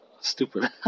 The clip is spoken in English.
Stupid